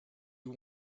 you